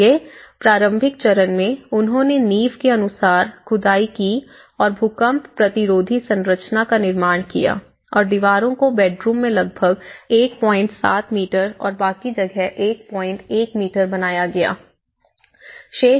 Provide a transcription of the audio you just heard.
इसलिए प्रारंभिक चरण में उन्होंने नीव के अनुसार खुदाई की और भूकंप प्रतिरोधी संरचना का निर्माण किया और दीवारों को बेडरूम में लगभग 17 मीटर और बाकी जगह 11 मीटर बनाया गया